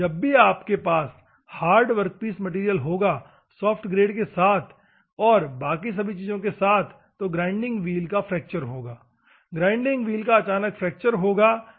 जब भी आपके पास हार्ड वर्कपीस मैटेरियल होगा सॉफ्ट ग्रेड के साथ और बाकि सभी चीजों के साथ तो ग्राइंडिंग व्हील का फ्रैक्चर होगा ग्राइंडिंग व्हील का अचानक फ्रैक्चर होगा यह एक और समस्या है ठीक है